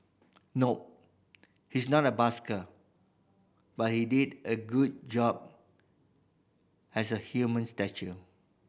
nope he's not a busker but he did a good job as a human statue